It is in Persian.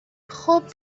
خوب